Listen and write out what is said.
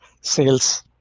sales